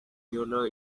yellow